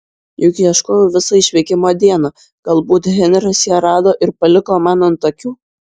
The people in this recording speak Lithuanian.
juk ieškojau visą išvykimo dieną galbūt henris ją rado ir paliko man ant akių